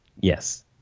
Yes